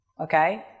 okay